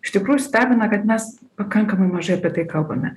iš tikrųjų stebina kad mes pakankamai mažai apie tai kalbame